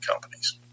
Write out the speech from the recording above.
companies